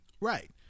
Right